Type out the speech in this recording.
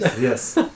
Yes